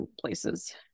places